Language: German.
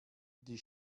die